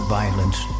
violence